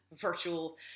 virtual